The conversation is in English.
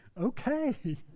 okay